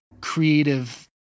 creative